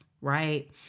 right